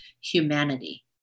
humanity